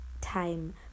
time